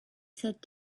sat